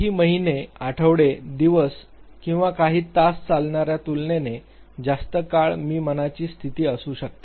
काही महिने आठवडे दिवस किंवा काही तास चालणार्या तुलनेने जास्त काळ मी मनाची स्थिती असू शकते